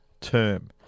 term